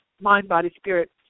mind-body-spirit